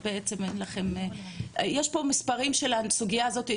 יש פה מספרים בסוגייה הזאת,